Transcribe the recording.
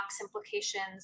implications